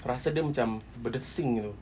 rasa dia macam berdesing itu